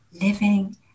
living